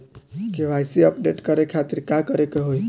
KYC update करे के खातिर का करे के होई?